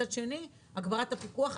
מצד שני, הגברת הפיקוח.